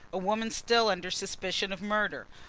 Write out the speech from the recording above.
a woman still under suspicion of murder,